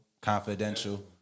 confidential